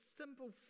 simple